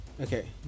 Okay